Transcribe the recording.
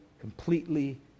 completely